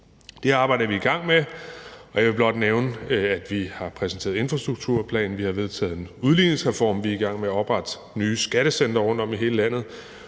Det arbejde er vi i gang med, og jeg vil blot nævne, at vi har præsenteret en infrastrukturplan, vi har vedtaget en udligningsreform, vi er i gang med at oprette nye skattecentre rundtom i hele landet,